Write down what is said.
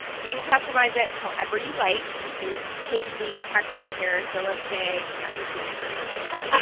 you can customize it however you like, you can change the text in here so let's say, i'm just gonna make it really simple,